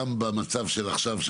גם במצב של עכשיו,